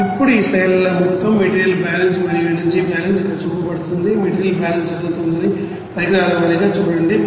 ఇప్పుడు ఈ స్లయిడ్లలో మొత్తం మెటీరియల్ బ్యాలెన్స్ మరియు ఎనర్జీ బ్యాలెన్స్ ఇక్కడ చూపబడింది మెటీరియల్ బ్యాలెన్స్ జరుగుతోందని పరికరాల వారీగా చూడండి